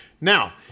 Now